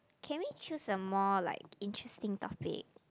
can we choose a more like interesting topic